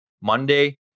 Monday